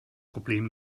problem